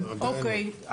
אוקיי,